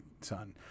son